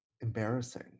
embarrassing